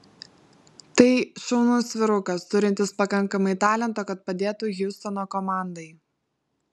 tai šaunus vyrukas turintis pakankamai talento kad padėtų hjustono komandai